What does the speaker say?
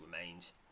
remains